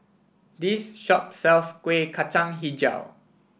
this shop sells Kuih Kacang hijau